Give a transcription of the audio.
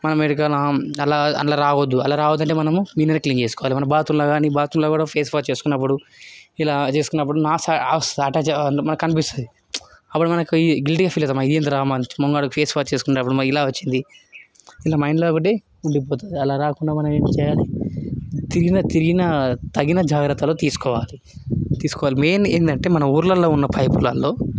మనం ఎక్కడికైనా అలా అలా రావద్దు అలా రావద్దు అంటే మనము గిన్నెలు క్లీన్ చేసుకోవాలి మన బాత్రూంలో కాని బాత్రూంలో కూడా ఫేస్ వాష్ చేసుకున్నప్పుడు ఇలా చేసుకున్నప్పుడు నాసు నాసు మనకి కనిపిస్తుంది మనం గిల్టీ ఫీల్ అవుతాం మనం మొహం కడిగేట ఫేస్ వాష్ చేసుకునేటప్పుడు ఇలా వచ్చింది మైండ్లో ఉండిపోతుంది అలా కాకుండా మనం ఏం చేయాలి తిరిగిన తిరిగిన తగిన జాగ్రత్తలు తీసుకోవాలి తీసుకోవాలి మెయిన్ ఏంటంటే మన ఊర్లలో ఉన్న పైపులలో